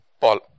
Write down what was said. Paul